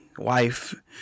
wife